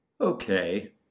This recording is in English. Okay